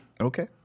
Okay